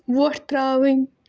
وۄٹھ ترٛاوٕنۍ